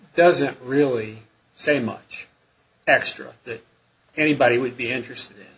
doesn't really say much extra that anybody would be interested